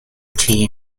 tea